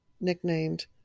nicknamed